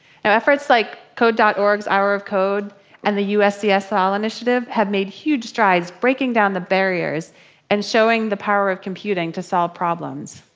and efforts like code org's hour of code and the uscs initiative have made huge strides breaking down the barriers and showing the power of computing to solve problems.